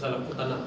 pasal aku tak nak